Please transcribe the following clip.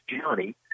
Johnny